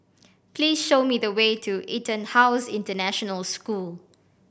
please show me the way to EtonHouse International School